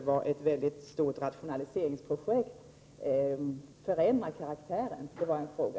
Kvar blir då 2 miljoner fall som omhändertas av kassan. Det var en fråga.